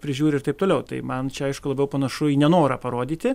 prižiūri ir taip toliau tai man čia aišku labiau panašu į nenorą parodyti